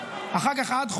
אחר כך עד חודש,